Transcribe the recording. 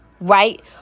right